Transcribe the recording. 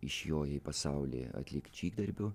išjoja į pasaulį atlikt žygdarbių